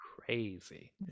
crazy